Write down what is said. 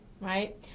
Right